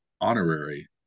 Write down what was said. honorary